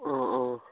অঁ অঁ